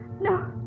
No